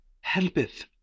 helpeth